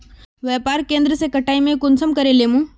व्यापार केन्द्र के कटाई में कुंसम करे लेमु?